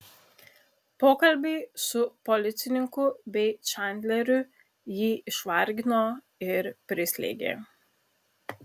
pokalbiai su policininku bei čandleriu jį išvargino ir prislėgė